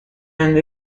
and